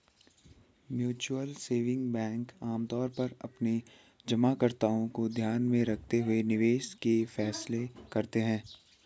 mutual saving bank आमतौर पर अपने जमाकर्ताओं को ध्यान में रखते हुए निवेश के फैसले करते हैं